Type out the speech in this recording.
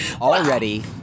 already